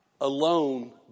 alone